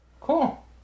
Cool